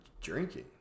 drinking